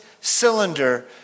Cylinder